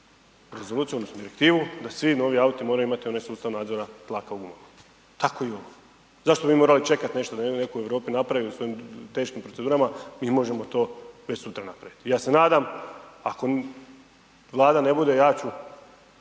rezoluciju odnosno direktivu da svi novi auti moraju imati onaj sustav nadzora tlaka u …/Govornik se ne razumije/…tako i ovo, zašto bi morali čekat nešto da netko u Europi napravi svojim teškim procedurama, mi možemo to već sutra napravit i ja se nadam ako Vlada ne bude, ja